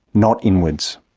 not inwards.